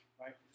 right